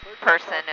person